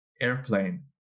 airplane